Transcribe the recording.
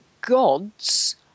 gods